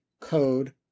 code